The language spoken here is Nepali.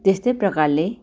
त्यस्तै प्रकारले